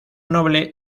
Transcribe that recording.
noble